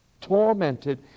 tormented